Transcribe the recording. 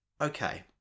Okay